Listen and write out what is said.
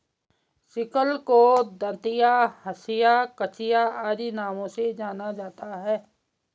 sickle को दँतिया, हँसिया, कचिया आदि नामों से जाना जाता है